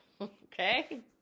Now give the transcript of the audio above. okay